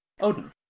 Odin